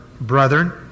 brethren